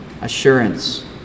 assurance